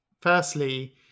firstly